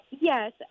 Yes